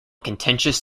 contentious